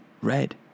red